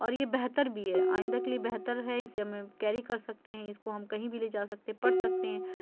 اور یہ بہتر بھی ہے آئندہ کے لیے بہتر ہے اسے اب میں کیری کر سکتے ہیں اس کو ہم کہیں بھی لے جا سکتے پڑھ سکتے ہیں